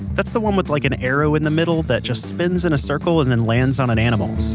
that's the one with, like an arrow in the middle, that just spins in a circle and and lands on an animal